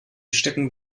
stecken